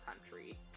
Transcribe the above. country